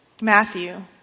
Matthew